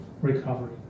recovery